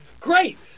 Great